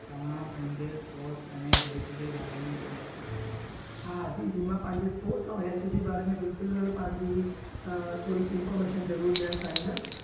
तव्हां पंहिंजे स्पोर्ट्स अने हेल्थ जे बारे में ॿुधायो हा जी जी मां पंहिंजे स्पोर्ट्स ऐं हेल्थ जे बारे में बिल्कुलु पंहिंजी अ थोरी सी इंफर्मेशन ज़रूरु ॾियणु चाहींदसि